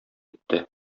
итте